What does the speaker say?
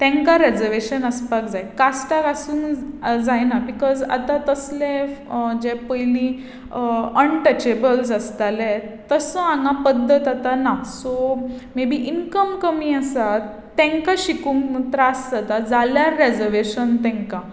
reservation आसपाक जाय कास्टाक आसूंक जायना बिकॉज आतां तसलें जे पयलीं अनटचेबल्स आसताले तसो हांगा पद्दत आतां ना सो मे बी इनकम कमी आसा तांकां शिकूंक त्रास जाता जाल्यार रेजवेशन तांकां